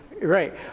Right